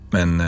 Men